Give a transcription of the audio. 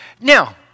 Now